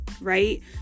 right